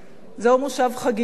זהו מושב חגיגי,